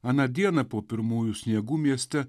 aną dieną po pirmųjų sniegų mieste